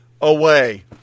away